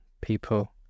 people